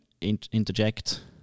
interject